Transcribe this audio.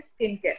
skincare